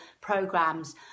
programs